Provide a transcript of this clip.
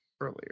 earlier